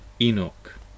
Enoch